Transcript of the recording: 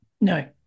no